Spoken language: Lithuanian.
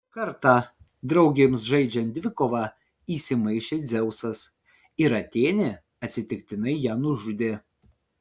kartą draugėms žaidžiant dvikovą įsimaišė dzeusas ir atėnė atsitiktinai ją nužudė